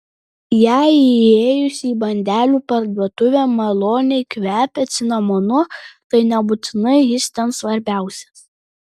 jei įėjus į bandelių parduotuvę maloniai kvepia cinamonu tai nebūtinai jis ten svarbiausias